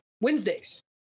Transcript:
Wednesdays